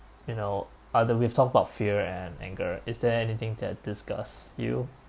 you know uh the we've talked about fear and anger is there anything that disgusts you